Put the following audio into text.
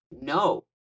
no